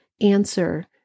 answer